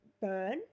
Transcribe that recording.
burn